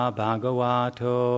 bhagavato